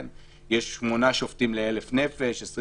יש שמונה שופטים ל-1,000 נפש לעומת 20